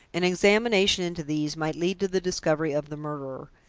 an examination into these might lead to the discovery of the murderer,